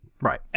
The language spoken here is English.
Right